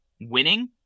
winning